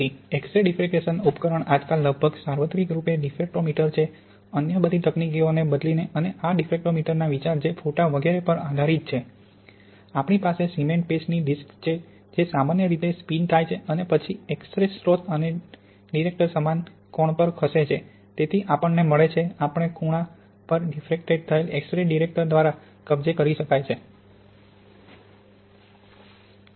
તેથી X ray ડીફ્રકસનમાં ઉપકરણ આજકાલ લગભગ સાર્વત્રિક રૂપે ડિફ્રેક્ટ્રોમીટર છે અન્ય બધી તકનીકોને બદલીને અને આ ડિફ્રેક્ટ્રોમીટરના વિચાર જે ફોટા વગેરે પર આધારિત છે આપણી પાસે સિમેન્ટ પેસ્ટની ડિસ્ક છે જે સામાન્ય રીતે સ્પિન થાય છે અને પછી એક્સ રે સ્રોત અને ડિટેક્ટર સમાન કોણ પર ખસે છે તેથી આપણને મળે છે આપેલ ખૂણા પર ડીફ્રકટેડ થયેલ એક્સ રે ડિટેક્ટર દ્વારા કબજે કરી શકાય છે